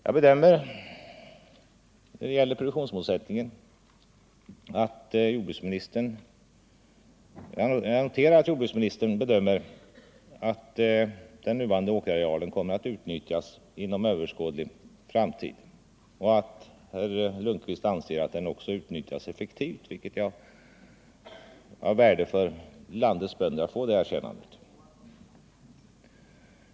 Jag noterar att jordbruksministern bedömer att den nuvarande åkerarealen kommer att utnyttjas inom överskådlig tid för jordbruksproduktion och att han också anser att arealen i dag utnyttjas effektivt. Jag tycker att det är av värde för landets bönder att få det erkännandet.